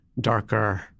darker